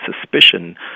suspicion